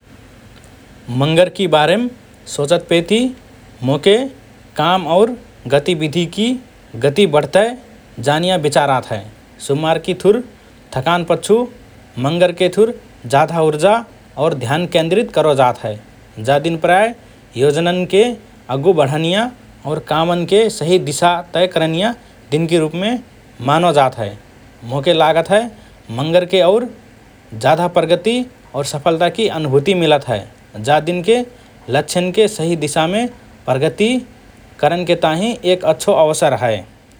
मंगरकि बारेम सोचतपेति मोके काम और गतिविधिकि गति बढ्तए जानिया विचार आत हए । सुम्मारकि थुर थकान पच्छु, मंगरके थुर जाधा उर्जा और ध्यान केन्द्रित करो जात हए । जा दिन प्रायः योजनान्के अग्गु बढनिया और कामन्के सहि दिशा तय करनिया दिनके रुपमे मानो जात हए । मोके लागत हए, मंगरके और जाधा प्रगति और सफलताकि अनुभूति मिलत हए । जा दिनके लक्ष्यन्के सहि दिशामे प्रगति करनके ताहिँ एक अच्छो अवसर हए ।